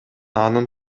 анын